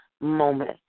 moment